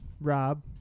Rob